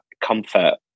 comfort